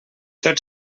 tot